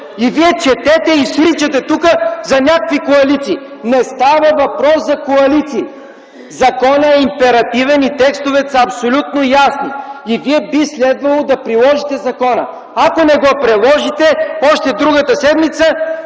Вие четете и сричате тук за някакви коалиции! Не става въпрос за коалиции! Законът е императивен и текстовете са абсолютно ясни. Вие би следвало да приложите закона! Ако не го приложите, още другата седмица